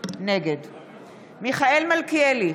מיכאל מלכיאלי,